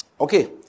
Okay